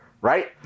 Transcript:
right